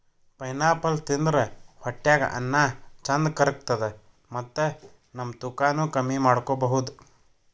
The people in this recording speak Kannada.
ಪೈನಾಪಲ್ ತಿಂದ್ರ್ ಹೊಟ್ಟ್ಯಾಗ್ ಅನ್ನಾ ಚಂದ್ ಕರ್ಗತದ್ ಮತ್ತ್ ನಮ್ ತೂಕಾನೂ ಕಮ್ಮಿ ಮಾಡ್ಕೊಬಹುದ್